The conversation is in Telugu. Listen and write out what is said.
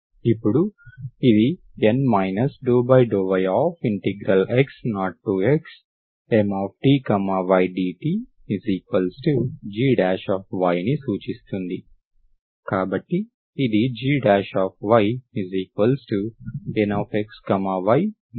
ఇప్పుడు ఇది N ∂yx0xMty dtg ని సూచిస్తుంది